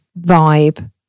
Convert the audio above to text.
vibe